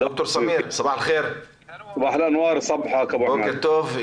בוקר טוב.